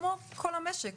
כמו כל המשק.